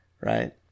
right